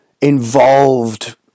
involved